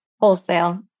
wholesale